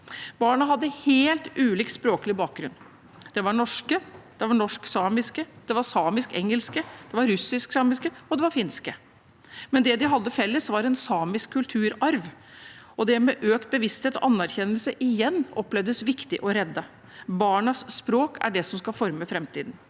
Barna hadde helt ulik språklig bakgrunn – den var norsk, den var norsk-samisk, den var samisk-engelsk, den var russisk-samisk, og den var finsk. Men det de hadde felles, var en samisk kulturarv, og det med økt bevissthet og anerkjennelse igjen, opplevdes viktig å redde. Barnas språk er det som skal forme framtiden.